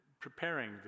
preparing